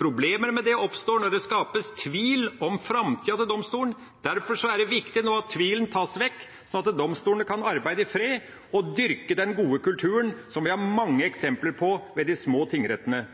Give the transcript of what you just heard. oppstår når det skapes tvil om framtida til domstolen. Derfor er det viktig nå at tvilen tas vekk, sånn at domstolene kan arbeide i fred og dyrke den gode kulturen som vi har mange eksempler på ved de små tingrettene.